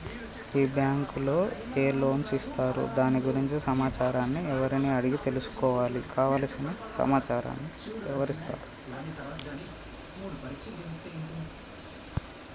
ఈ బ్యాంకులో ఏ లోన్స్ ఇస్తారు దాని గురించి సమాచారాన్ని ఎవరిని అడిగి తెలుసుకోవాలి? కావలసిన సమాచారాన్ని ఎవరిస్తారు?